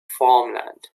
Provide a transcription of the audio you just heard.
farmland